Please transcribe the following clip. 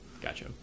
gotcha